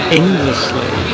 endlessly